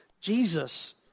Jesus